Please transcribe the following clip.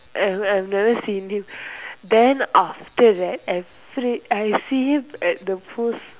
and I've never seen him then after that every I see him at the most